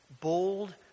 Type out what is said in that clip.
bold